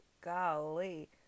Golly